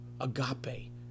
agape